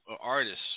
artists